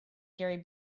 gary